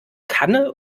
kanne